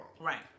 right